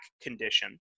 condition